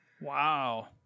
Wow